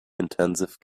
intensive